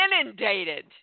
inundated